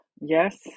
Yes